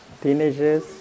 Teenagers